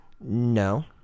No